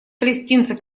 палестинцев